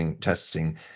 testing